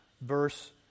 verse